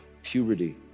Puberty